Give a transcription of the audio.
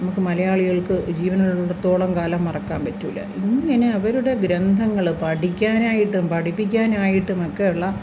നമുക്ക് മലയാളികൾക്ക് ജീവനുള്ളിടത്തോളം കാലം മറക്കാൻ പറ്റൂല്ല ഇങ്ങനെ അവരുടെ ഗ്രന്ഥങ്ങള് പഠിക്കാനായിട്ടും പഠിപ്പിക്കാനായിട്ടുമൊക്കെ ഉള്ള